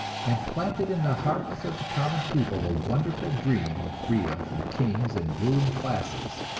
and planted in the hearts of the common people the wonderful dream of freedom from kings and ruling classes,